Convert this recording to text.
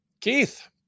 keith